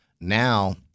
Now